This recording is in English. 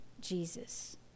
Jesus